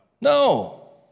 No